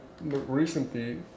recently